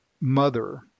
Mother